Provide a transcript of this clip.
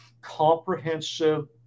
comprehensive